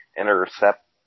intercept